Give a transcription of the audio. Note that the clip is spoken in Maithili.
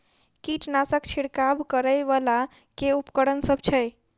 कीटनासक छिरकाब करै वला केँ उपकरण सब छै?